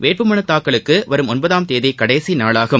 வேட்புமனுத் தாக்கலுக்கு வரும் ஒன்பதாம் தேதி கடைசி நாளாகும்